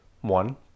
one